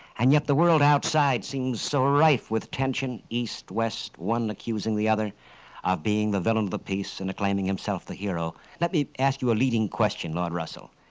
and yet the world outside seems so rife with tension east, west, one accusing the other of being the villain of the peace and proclaiming himself the hero. let me ask you a leading question, lord russell.